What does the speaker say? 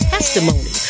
Testimony